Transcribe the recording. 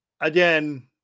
again